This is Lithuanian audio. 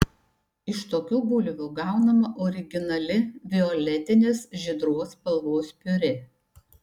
iš tokių bulvių gaunama originali violetinės žydros spalvos piurė